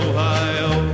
Ohio